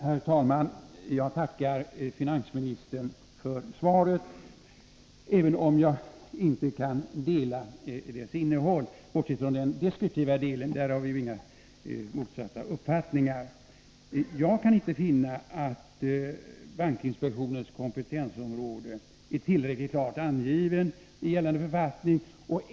Herr talman! Jag tackar finansministern för svaret, även om jag inte kan dela dess innehåll, bortsett från den deskriptiva delen där vi inte har några motsatta uppfattningar. Jag kan inte finna att bankinspektionens kompetensområde är tillräckligt klart angivet i gällande författning.